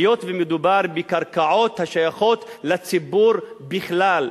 היות שמדובר בקרקעות השייכות לציבור בכלל.